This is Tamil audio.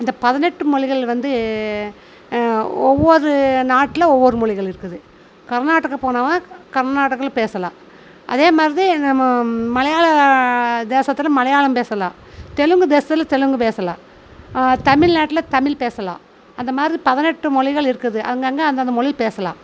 அந்த பதினெட்டு மொழிகள் வந்து ஒவ்வொரு நாட்டில் ஒவ்வொரு மொழிகள் இருக்குது கர்நாடகா போனோம்னா கர்நாடகாவில் பேசலாம் அதேமாதிரி தான் இங்கே நம்ம மலையாள தேசத்தில் மலையாளம் பேசலாம் தெலுங்கு தேசத்தில் தெலுங்கு பேசலாம் தமிழ்நாட்டில் தமிழ் பேசலாம் அந்த மாதிரி பதினெட்டு மொழிகள் இருக்குது அங்கங்கே அந்தந்த மொழி பேசலாம்